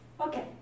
Okay